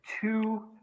two